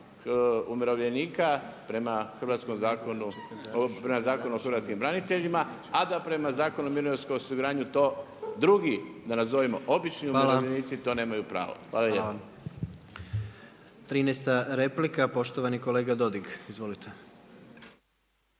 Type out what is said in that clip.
umirovljenika prema Zakonu o hrvatskim braniteljima a da prema Zakonu o mirovinskom osiguranju to drugi da nazovimo obični umirovljenici to nemaju pravo. Hvala lijepa. **Jandroković, Gordan